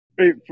wait